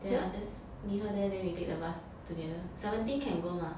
then I just meet her there then we take the bus together seventeen can go mah